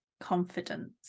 confidence